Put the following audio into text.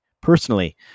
personally